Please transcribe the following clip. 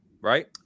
right